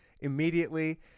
Immediately